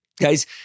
Guys